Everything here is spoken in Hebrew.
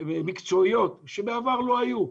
מקצועיות שבעבר לא היו.